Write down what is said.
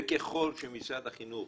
וככל שמשרד החינוך